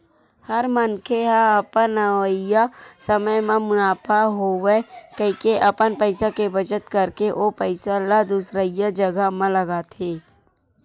हर मनखे ह अपन अवइया समे म मुनाफा होवय कहिके अपन पइसा के बचत करके ओ पइसा ल दुसरइया जघा म लगाथे